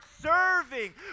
serving